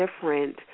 different